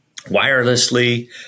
wirelessly